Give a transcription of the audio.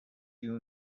you